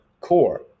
core